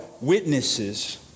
witnesses